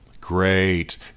Great